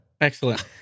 Excellent